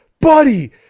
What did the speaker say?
buddy